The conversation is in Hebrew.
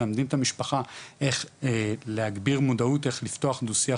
מלמדים את המשפחה איך להגביר מודעות איך לפתוח דו שיח